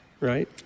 right